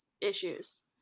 issues